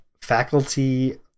faculty